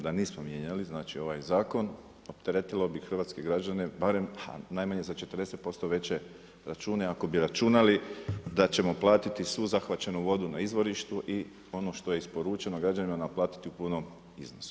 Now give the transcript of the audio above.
Da nismo mijenjali ovaj zakon opteretilo bi hrvatske građane barem najmanje za 40% veće račune ako bi računali da ćemo platiti svu zahvaćenu vodu na izvorištu i ono što je isporučeno građanima naplatiti u punom iznosu.